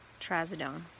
trazodone